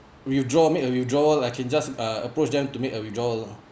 withdraw make a withdrawal I can just uh approach them to make a withdrawal ah